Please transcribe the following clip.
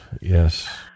yes